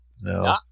No